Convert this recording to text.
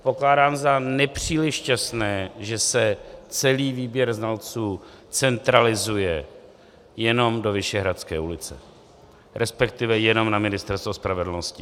Pokládám za nepříliš šťastné, že se celý výběr znalců centralizuje jenom do Vyšehradské ulice, respektive jenom na Ministerstvo spravedlnosti.